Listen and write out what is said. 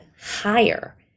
higher